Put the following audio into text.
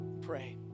pray